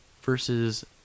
versus